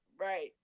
right